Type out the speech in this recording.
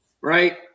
Right